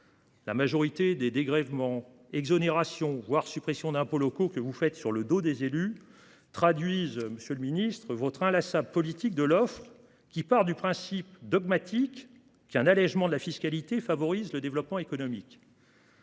la majorité des dégrèvements, exonérations, voire suppressions d’impôts locaux que vous faites sur le dos des élus traduisent votre inlassable politique de l’offre, qui part du principe dogmatique qu’un allégement de la fiscalité favorise le développement économique.